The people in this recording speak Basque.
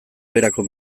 beherako